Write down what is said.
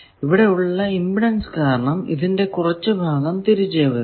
ഇവിടെ ഉള്ള ഇമ്പിഡൻസ് കാരണം ഇതിന്റെ കുറച്ചു ഭാഗം തിരികെ വരുന്നു